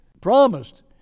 promised